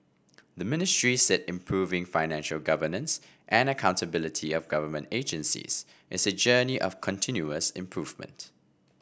the Ministry said improving financial governance and accountability of government agencies is a journey of continuous improvement